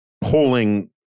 polling